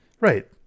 right